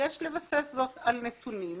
יש לבסס זאת על נתונים,